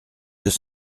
deux